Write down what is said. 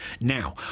Now